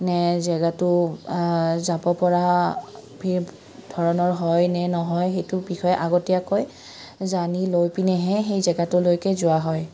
নে জেগাটো যাব পৰা ধৰণৰ হয় নে নহয় সেইটো বিষয়ে আগতীয়াকৈ জানি লৈ পিনেহে সেই জেগাটোলৈকে যোৱা হয়